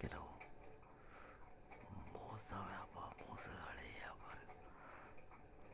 ಕೆಲವು ಮೊಸಳೆ ವ್ಯಾಪಾರಗಳು